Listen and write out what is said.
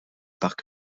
parc